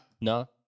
No